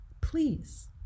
please